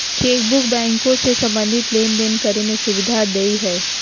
chequebook बैंको से संबंधित लेनदेन करे में सुविधा देय हइ